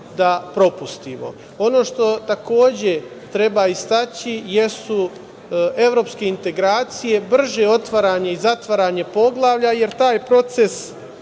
da propustimo. Takođe, ono što treba istaći jesu Evropske integracije, brže otvaranje i zatvaranje poglavlja, jer taj proces